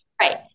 Right